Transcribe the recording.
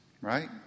Right